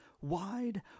wide